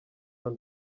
john